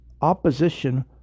opposition